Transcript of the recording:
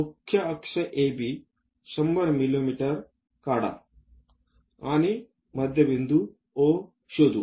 मुख्य अक्ष AB 100 मिमी काढा आणि मध्यबिंदू O शोधू